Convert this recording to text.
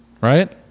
Right